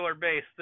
base